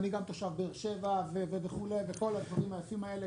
אני גם תושב באר שבע וכו' וכל הדברים היפים האלה,